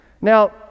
Now